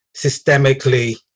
systemically